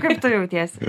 kaip tu jautiesi